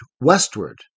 westward